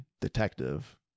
detective